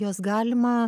jos galims